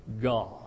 God